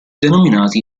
denominati